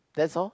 that's all